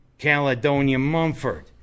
Caledonia-Mumford